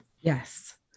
Yes